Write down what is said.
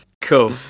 cool